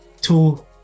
two